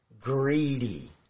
greedy